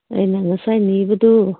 ꯑꯩꯅ ꯉꯁꯥꯏ ꯅꯤꯕꯗꯣ